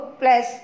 plus